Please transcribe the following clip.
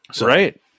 Right